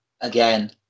again